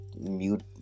mute